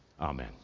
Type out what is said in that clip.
Amen